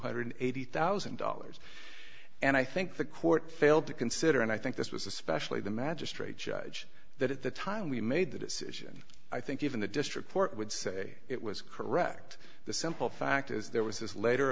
hundred eighty thousand dollars and i think the court failed to consider and i think this was especially the magistrate judge that at the time we made the decision i think even the district court would say it was correct the simple fact is there was this later